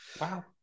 wow